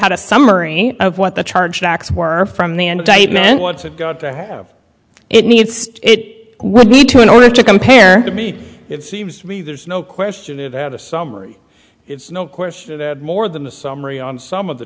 had a summary of what the charge backs were from the end and what's it got to have it needs it would need to in order to compare to me it seems to me there's no question it had a summary it's no question that more than the summary on some of the